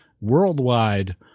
worldwide